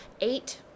eight